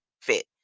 fit